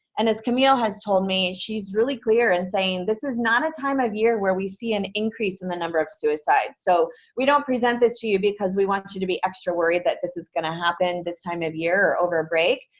and as camille has told me she's really clear and saying, this is not a time of year where we see an increase in the number of suicides, so we don't present this to you because we want you to be extra worried that this is going to happen this time of year or over a break,